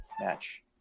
match